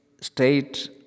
state